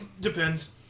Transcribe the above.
Depends